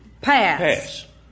Pass